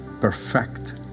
perfect